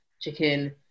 chicken